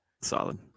Solid